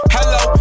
Hello